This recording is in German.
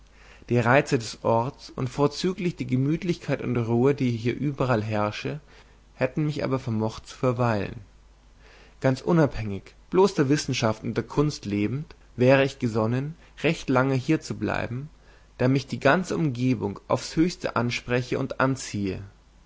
die reize des orts und vorzüglich die gemütlichkeit und ruhe die hier überall herrsche hätten mich aber vermocht zu verweilen ganz unabhängig bloß der wissenschaft und der kunst lebend wäre ich gesonnen recht lange hier zu bleiben da mich die ganze umgebung auf höchste weise anspreche und anziehe